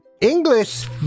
English